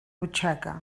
butxaca